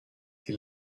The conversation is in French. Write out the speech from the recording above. les